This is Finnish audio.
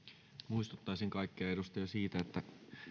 muistuttaisin kaikkia edustajia siitä että